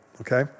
okay